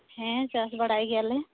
ᱦᱮᱸ ᱪᱟᱥ ᱵᱟᱲᱟᱭ ᱜᱮᱭᱟᱞᱮ